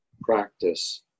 practice